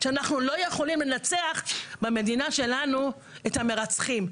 שאנחנו לא יכולים לנצח במדינה שלנו את המרצחים.